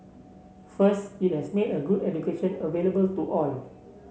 first it has made a good education available to all